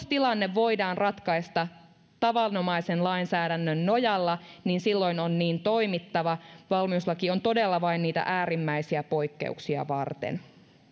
tilanne voidaan ratkaista tavanomaisen lainsäädännön nojalla niin silloin on niin toimittava valmiuslaki on todella vain niitä äärimmäisiä poikkeuksia varten